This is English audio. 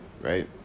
right